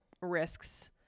risks